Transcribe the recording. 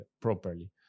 properly